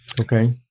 Okay